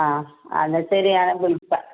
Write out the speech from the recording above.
ആ എന്നാൽ ശരി ഞാൻ വിളിക്കാം